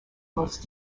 most